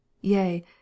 yea